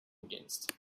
against